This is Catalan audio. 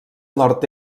nord